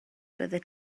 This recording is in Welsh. byddet